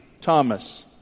Thomas